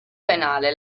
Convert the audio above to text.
penale